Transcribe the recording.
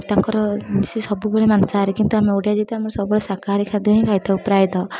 ତାଙ୍କର ସେ ସବୁବେଳେ ମାଂସାହାରୀ କିନ୍ତୁ ଆମେ ଓଡ଼ିଆ ଯେହେତୁ ଆମେ ସବୁବେଳେ ଶାକାହାରୀ ଖାଦ୍ୟ ହିଁ ଖାଇଥାଉ ପ୍ରାୟତଃ